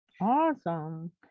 Awesome